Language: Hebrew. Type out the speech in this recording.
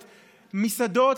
את המסעדות,